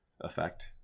effect